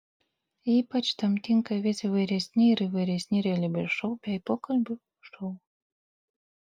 ypač tam tinka vis įvairesni ir įvairesni realybės šou bei pokalbių šou